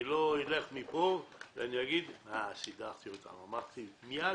אני לא אלך מפה ואני אגיד: סידרתי אותם אמרתי "מייד"